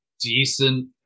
decent